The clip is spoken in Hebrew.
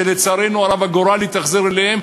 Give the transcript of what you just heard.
שלצערנו הרב הגורל התאכזר אליו,